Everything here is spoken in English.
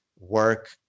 work